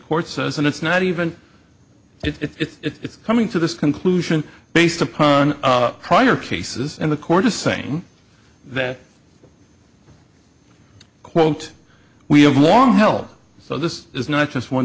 says and it's not even it's coming to this conclusion based upon prior cases and the court is saying that quote we have long held so this is not just one